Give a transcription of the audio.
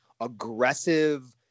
aggressive